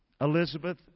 Elizabeth